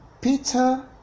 Peter